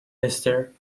esther